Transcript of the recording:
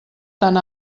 tan